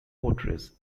fortress